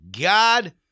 God